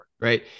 right